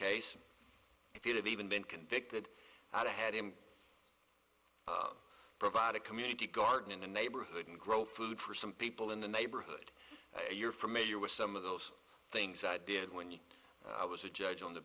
case if you have even been convicted out ahead and provide a community garden in the neighborhood and grow food for some people in the neighborhood you're familiar with some of those things i did when i was a judge on the